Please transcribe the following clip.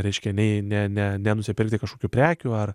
reiškia nei ne ne nenusipirkti kažkokių prekių ar